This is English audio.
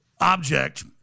object